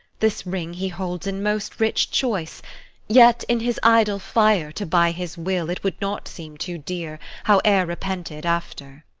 this ring he holds in most rich choice yet, in his idle fire, to buy his will, it would not seem too dear, howe'er repented after.